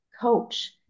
coach